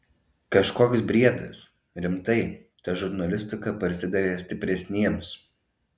kažkoks briedas rimtai ta žurnalistika parsidavė stipresniems